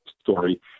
Story